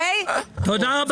תודה רבה.